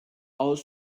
aus